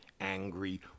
angry